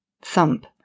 Thump